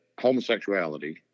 homosexuality